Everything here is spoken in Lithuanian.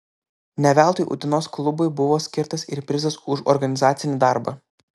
ne veltui utenos klubui buvo skirtas ir prizas už organizacinį darbą